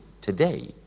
today